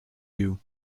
you